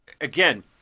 Again